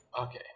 Okay